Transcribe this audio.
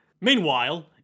Meanwhile